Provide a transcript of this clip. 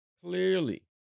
Clearly